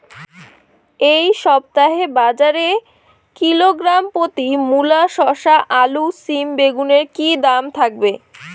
এই সপ্তাহে বাজারে কিলোগ্রাম প্রতি মূলা শসা আলু সিম বেগুনের কী দাম থাকবে?